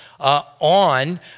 On